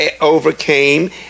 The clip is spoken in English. overcame